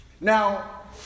Now